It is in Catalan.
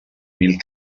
mil